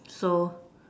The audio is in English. so